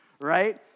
right